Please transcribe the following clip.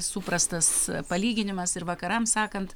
suprastas palyginimas ir vakarams sakant